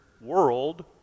world